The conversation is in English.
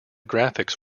graphics